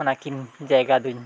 ᱚᱱᱟ ᱠᱤᱱ ᱡᱟᱭᱜᱟ ᱫᱩᱧ